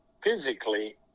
physically